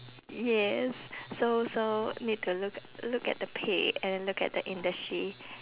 yes so so need to look look at the pay and then look at the industry